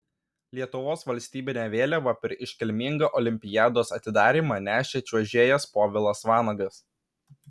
lietuvos valstybinę vėliavą per iškilmingą olimpiados atidarymą nešė čiuožėjas povilas vanagas